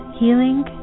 healing